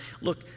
look